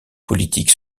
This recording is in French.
politiques